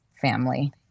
family